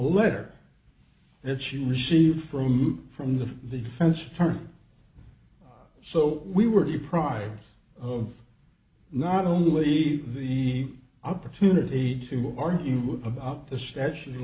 letter that she received from from the the defense firm so we were deprived of not only the opportunity to argue about the statute of